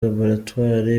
laboratwari